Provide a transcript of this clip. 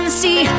see